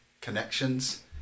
connections